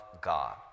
God